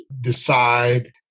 decide